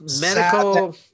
medical